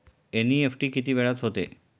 NEFT किती वेळात होते?